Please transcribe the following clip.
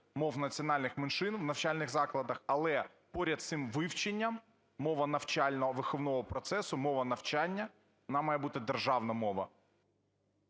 мов національних меншин в навчальних закладах. Але поряд з цим вивченням, мова навчального виховного процесу, мова навчання, вона має бути державна мова.